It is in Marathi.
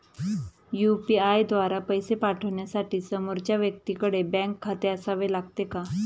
यु.पी.आय द्वारा पैसे पाठवण्यासाठी समोरच्या व्यक्तीकडे बँक खाते असावे लागते का?